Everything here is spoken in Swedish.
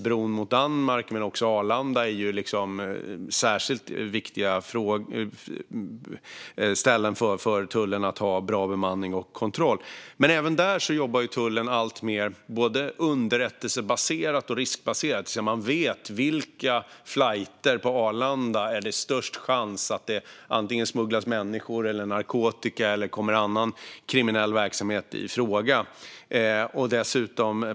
Bron mot Danmark är givetvis en, men även Arlanda är ett särskilt viktigt ställe för tullen att ha bra bemanning och kontroll på. Även där jobbar dock tullen alltmer underrättelsebaserat och riskbaserat, det vill säga att man vet vid vilka flighter på Arlanda som det är störst risk att det antingen smugglas människor eller narkotika eller att annan kriminell verksamhet kommer i fråga.